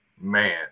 Man